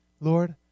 Lord